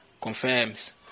confirms